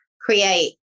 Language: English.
create